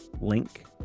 link